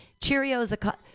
Cheerios